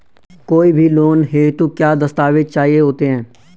कोई भी लोन हेतु क्या दस्तावेज़ चाहिए होते हैं?